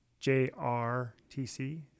JRTC